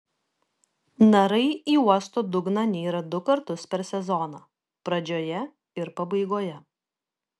narai į uosto dugną nyra du kartus per sezoną pradžioje ir pabaigoje